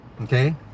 okay